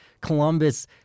Columbus